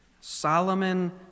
Solomon